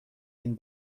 این